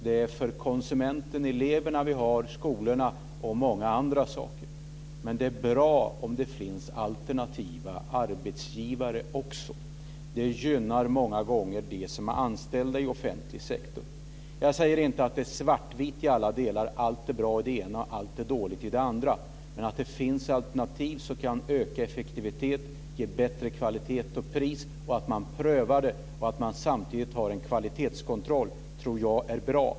Det är för konsumenterna, eleverna, som vi har skolorna och många andra saker i offentlig sektor. Men det är bra om det finns alternativa arbetsgivare också. Det gynnar många gånger dem som är anställda i offentlig sektor. Jag säger inte att det är svart eller vitt i alla delar, att allt är bra i den ena och allt är dåligt i den andra. Men det ska finnas alternativ som man prövar och som kan öka effektiviteten och ge bättre kvalitet och pris. Samtidigt ska det ske en kvalitetskontroll. Detta tror jag är bra.